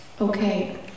Okay